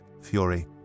fury